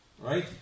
Right